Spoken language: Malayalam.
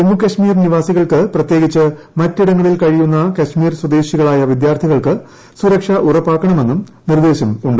ജമ്മു കാശ്മീർ നിവാസ്ത്രികൾക്ക് പ്രത്യേകിച്ച് മറ്റിടങ്ങളിൽ കഴിയുന്ന കാശ്മീർ സ്വദേശിക്ളായ വിദ്യാർത്ഥികൾക്ക് സുരക്ഷ ഉറപ്പാക്കണമെന്നും നിർദ്ദേശം ഉണ്ട്